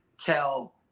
tell